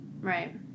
Right